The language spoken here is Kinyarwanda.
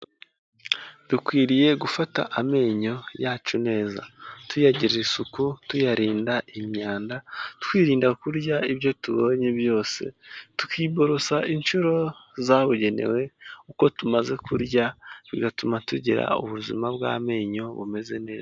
Dukwiriye gufata amenyo yacu neza, tuyagirira isuku, tuyarinda imyanda, twirinda kurya ibyo tubonye byose, tukiborosa inshuro zabugenewe uko tumaze kurya, bigatuma tugira ubuzima bw'amenyo bumeze neza.